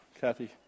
Kathy